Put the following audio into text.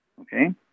Okay